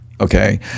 Okay